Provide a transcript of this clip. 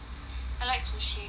I like sushi